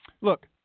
look